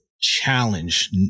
challenge